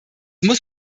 muss